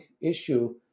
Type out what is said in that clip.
issue